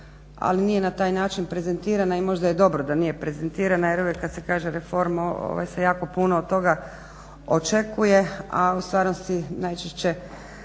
ali nije na taj način prezentirana i možda je dobro da nije prezentirana, jer uvijek kad se kaže reforma, se jako puno toga očekuj, a u stvarnosti najčešće